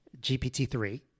GPT-3